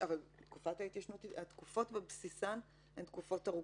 הרי התקופות בבסיסן הן ארוכות.